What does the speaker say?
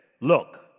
look